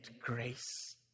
grace